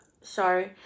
Sorry